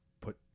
put